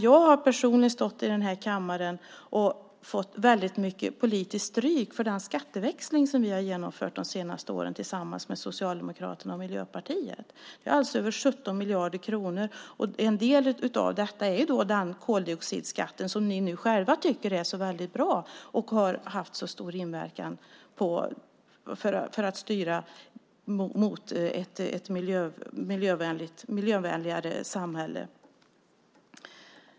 Jag har personligen stått i den här kammaren och fått mycket politiskt stryk för den skatteväxling som vi har genomfört de senaste åren tillsammans med Socialdemokraterna och Miljöpartiet. Det är över 17 miljarder kronor. En del av detta är den koldioxidskatt som ni nu själva tycker är så bra och som ni tycker har haft så stor inverkan när det gäller att styra mot ett miljövänligare samhälle.